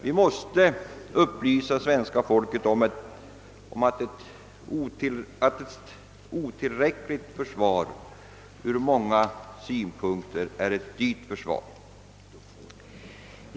Vi måste upplysa svenska folket om att ett otillräckligt försvar från många synpunkter är ett dyrt försvar.